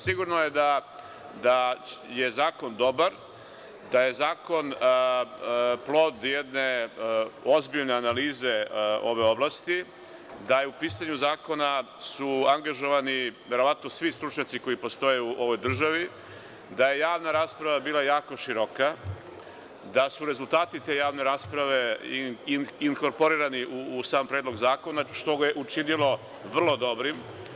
Sigurno je da je zakon dobar, da je zakon plod jedne ozbiljne analize ove oblasti, da su u pisanju zakona angažovani verovatno svi stručnjaci koji postoje u ovoj državi, da je javna rasprava bila jako široka, da su rezultati te javne rasprave inkorporirani u sam Predlog zakona, što ga je učinilo vrlo dobrim.